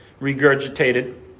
regurgitated